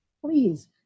please